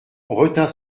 retint